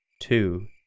two